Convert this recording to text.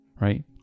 right